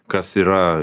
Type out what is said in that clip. kas yra